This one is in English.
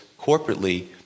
corporately